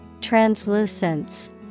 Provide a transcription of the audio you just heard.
Translucence